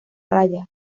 raya